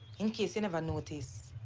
in case you never notice,